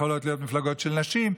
יכולות להיות מפלגות של נשים,